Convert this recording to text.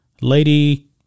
Lady